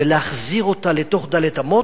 ולהחזיר אותה לתוך ד' אמות,